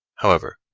however,